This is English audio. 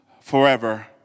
forever